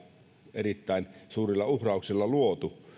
erittäin suurilla uhrauksilla luotu